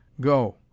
Go